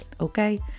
Okay